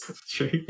true